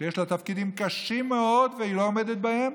שיש לה תפקידים קשים מאוד והיא לא עומדת בהם,